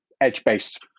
edge-based